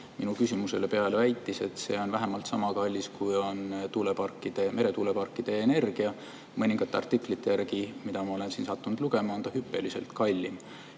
minu küsimuse peale väitis, et see on vähemalt sama kallis, kui on tuuleparkide, meretuuleparkide energia. Mõningate artiklite järgi, mida ma olen sattunud lugema, on see hüppeliselt kallim.